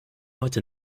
heute